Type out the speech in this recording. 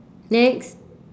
next